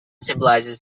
symbolizes